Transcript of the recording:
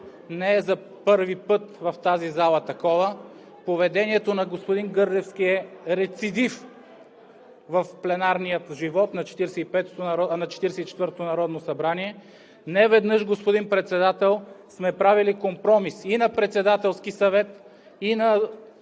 не е за първи такова в тази зала. Поведението на господин Гърневски е рецидив в пленарния живот на 44-ото народно събрание. Неведнъж, господин Председател, сме правили компромиси – и на Председателски съвет, и в